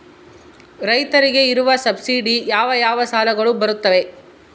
ರೈತರಿಗೆ ಇರುವ ಸಬ್ಸಿಡಿ ಯಾವ ಯಾವ ಸಾಲಗಳು ಬರುತ್ತವೆ?